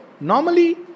normally